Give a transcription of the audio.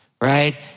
right